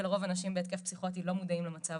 ולרוב אנשים בהתקף פסיכוטי לא מודעים למצב